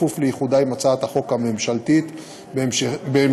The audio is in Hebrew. בכפוף לאיחודה עם הצעת החוק הממשלתית בהמשך